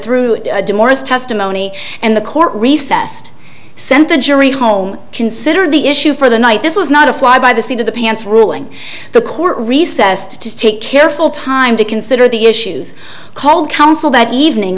through divorce testimony and the court recessed sent the jury home consider the issue for the night this was not a fly by the seat of the pants ruling the court recessed to take careful time to consider the issues called counsel that evening